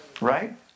Right